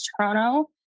Toronto